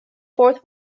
fourth